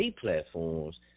platforms